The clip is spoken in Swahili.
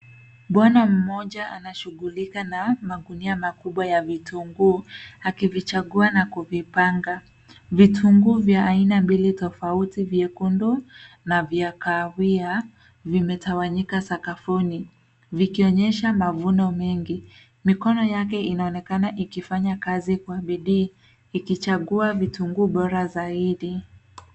Bwana mmoja anashughulika na magunia makubwa ya vitunguu, akivichagua na kuvipanga. Vitunguu vya aina mbili tofauti vyekundu na vya kahawia vimetawanyika sakafuni vikionyesha mavuno mengi. Mikono yake inaonekana ikifanya kazi kwa bidii ikichagua vitunguu bora zaidi.